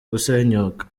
gusenyuka